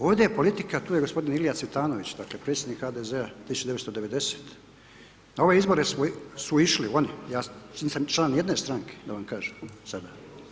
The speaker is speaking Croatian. Ovdje politika tu je g. Ilija Cvitanović, dakle predsjednik HDZ-a 1990., na ove izbore su išli oni, ja nisam član nijedne stranke da vam kažem sada.